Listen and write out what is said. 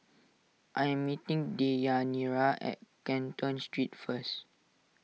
I am meeting Deyanira at Canton Street first